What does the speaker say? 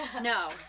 No